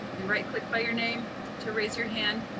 and right-click by your name to raise your hand